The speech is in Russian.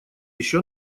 еще